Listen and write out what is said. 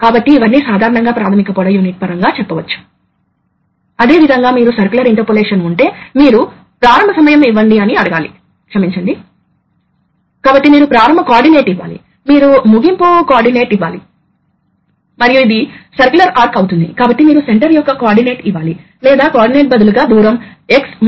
కాబట్టి ఈ పొజిషన్ ఈ ప్రెషర్ ఇక్కడ అభివృద్ధి చెందుతుంది ఇక్కడ మీకు ఎగ్జాస్ట్ ప్రెషర్ ఉంది ఇక్కడ మీకు పైలట్ ప్రెషర్ ఉంది కాబట్టి ఇక్కడ ప్రెషర్ ఉంది ఇప్పుడు మీరు దగ్గరగా తీసుకువచ్చినప్పుడు కాబట్టి మీరు ఫ్లాపర్ ను దగ్గరగా మరియు దగ్గరగా తీసుకువస్తున్నారు కాబట్టి మీరు ఫ్లాపర్ను మూసివేస్తున్నారు మీరు నాజిల్ ను మూసివేస్తున్నారు